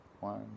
one